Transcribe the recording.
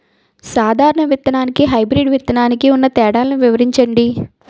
సాధారణ విత్తననికి, హైబ్రిడ్ విత్తనానికి ఉన్న తేడాలను వివరించండి?